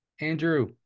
Andrew